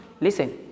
listen